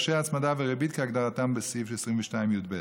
'הפרשי הצמדה וריבית' כהגדרתם בסעיף 22יב".